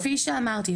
כפי שאמרתי,